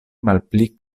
malpli